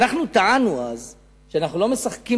ואנחנו טענו אז שאנחנו לא משחקים